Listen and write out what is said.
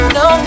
no